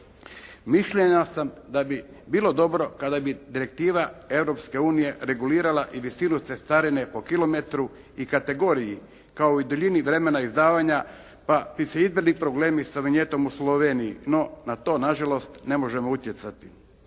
Mišljenja sam da bi bilo dobro kada bi direktiva Europske unije regulirala i visinu cestarine po kilometru i kategoriji kao i duljini vremena izdavanja pa bi se izbjegli problemi sa vinjetom u Sloveniji, no na to nažalost ne možemo utjecati.